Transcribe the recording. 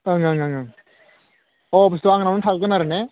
ओं ओं अ बुस्थुआ आंनावनो थागोन आरो ने